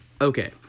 okay